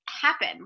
happen